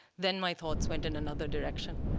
then my thoughts went in another direction.